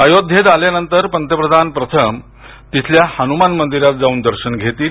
अयोध्येत आल्यानंतर पंतप्रधान प्रथम तेथील हनुमान मंदिरात जाऊन दर्शन घेतील